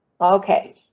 Okay